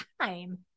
time